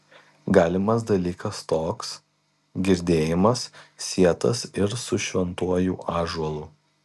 galimas dalykas toks girdėjimas sietas ir su šventuoju ąžuolu